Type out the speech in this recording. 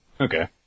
Okay